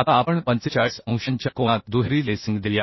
आता आपण 45 अंशांच्या कोनात दुहेरी लेसिंग देऊया